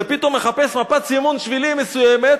אתה מחפש מפת סימון שבילים מסוימת,